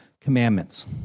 commandments